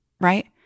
Right